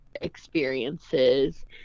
experiences